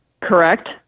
Correct